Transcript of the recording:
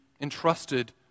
entrusted